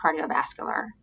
cardiovascular